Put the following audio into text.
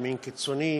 ימין קיצוני,